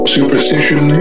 Superstition